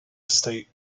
estate